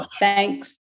Thanks